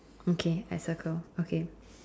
okay I circle okay